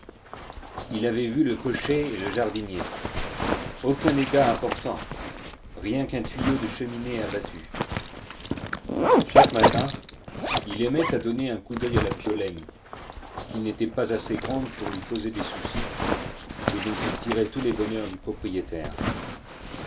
il avait vu le cocher et le jardinier aucun dégât important rien qu'un tuyau de cheminée abattu chaque matin il aimait à donner un coup d'oeil à la piolaine qui n'était pas assez grande pour lui causer des soucis et dont il tirait tous les bonheurs du propriétaire